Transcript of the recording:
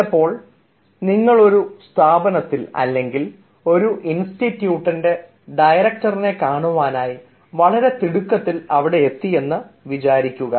ചിലപ്പോൾ നിങ്ങൾ ഒരു സ്ഥാപനത്തിൽ അല്ലെങ്കിൽ ഒരു ഇൻസ്റ്റിറ്റ്യൂട്ടിൻറെ ഡയറക്ടറിനെ കാണുവാനായി വളരെ തിടുക്കത്തിൽ അവിടെ എത്തി എന്ന് വിചാരിക്കുക